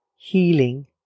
healing